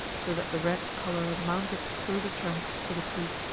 so that the red color mounted through the trunk to the fruit.